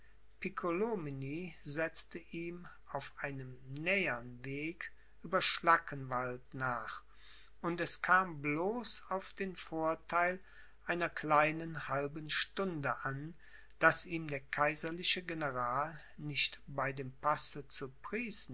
piccolomini setzte ihm auf einem nähern weg über schlackenwald nach und es kam bloß auf den vortheil einer kleinen halben stunde an daß ihm der kaiserliche general nicht bei dem passe zu